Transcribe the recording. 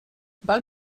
val